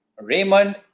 Raymond